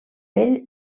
ell